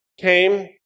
came